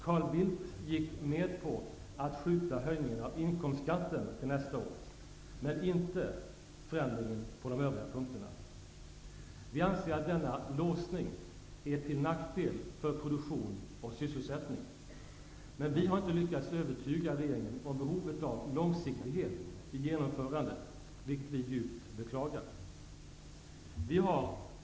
Carl Bildt gick med på att skjuta höjningen av inkomstskatten till nästa år, men inte förändringen på de övriga punkterna. Vi anser att denna låsning är till nackdel för produktion och sysselsättning. Men vi har inte lyckats övertyga regeringen om behovet av långsiktighet i genomförandet, vilket vi djupt beklagar. Herr talman!